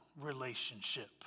relationship